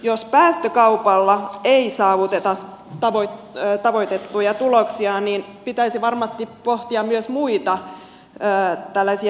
jos päästökaupalla ei saavuteta tavoitettuja tuloksia niin pitäisi varmasti pohtia myös muita tällaisia ohjauskeinoja